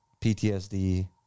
PTSD